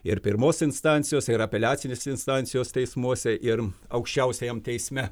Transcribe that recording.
ir pirmos instancijos ir apeliacinės instancijos teismuose ir aukščiausiajam teisme